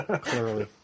Clearly